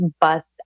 bust